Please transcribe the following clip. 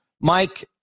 Mike